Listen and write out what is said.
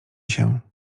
się